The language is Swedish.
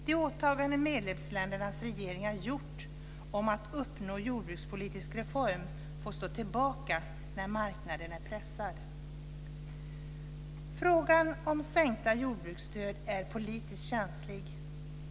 De åtaganden medlemsländernas regeringar har gjort om att uppnå en jordbrukspolitisk reform får stå tillbaka när marknaden är pressad. Frågan om sänkta jordbruksstöd är politiskt känslig.